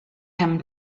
him